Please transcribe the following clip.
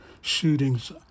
shootings